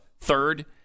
third